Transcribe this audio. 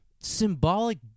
symbolic